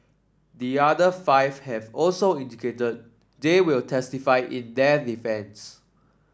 the other five have also indicated they will testify in their defence